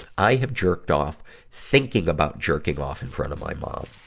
i have jerked off thinking about jerking off in front of my mom.